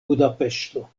budapeŝto